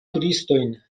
turistojn